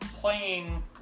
playing